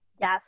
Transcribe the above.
Yes